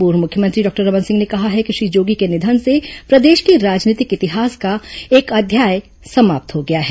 पूर्व मुख्यमंत्री डॉक्टर रमन सिंह ने कहा है कि श्री जोगी के निधन से प्रदेश के राजनीतिक इतिहास का एक अध्याय समाप्त हो गया है